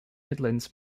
midlands